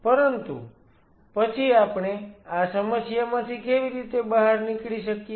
પરંતુ પછી આપણે આ સમસ્યામાંથી કેવી રીતે બહાર નીકળી શકીએ